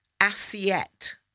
assiette